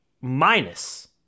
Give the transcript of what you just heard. minus